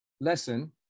lesson